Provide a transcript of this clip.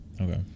okay